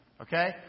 okay